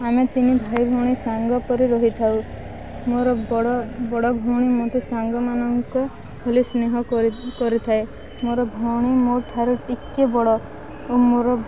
ଆମେ ତିନି ଭାଇ ଭଉଣୀ ସାଙ୍ଗ ପରି ରହିଥାଉ ମୋର ବଡ଼ ବଡ଼ ଭଉଣୀ ମୋତେ ସାଙ୍ଗମାନଙ୍କ ଭଳି ସ୍ନେହ କରି କରିଥାଏ ମୋର ଭଉଣୀ ମୋ ଠାରୁ ଟିକେ ବଡ଼ ଓ ମୋର